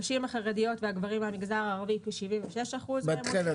הנשים החרדיות והגברים מהמגזר הערבי כ-76% --- בת חן,